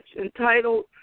entitled